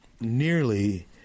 nearly